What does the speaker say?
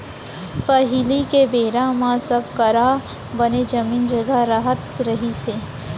पहिली के बेरा म सब करा बने जमीन जघा रहत रहिस हे